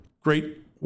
Great